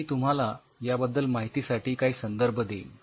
मी तुम्हाला याबद्दल माहितीसाठी काही संदर्भ देईन